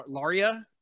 laria